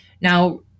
Now